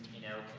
you know,